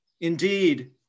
Indeed